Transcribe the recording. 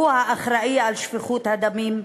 הוא האחראי לשפיכות הדמים,